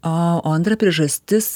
o o antra priežastis